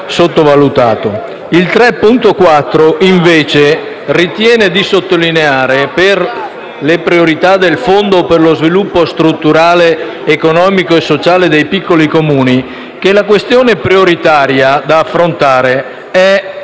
si ritiene invece di sottolineare, per le priorità del Fondo per lo sviluppo strutturale, economico e sociale dei piccoli Comuni, che la questione prioritaria da affrontare è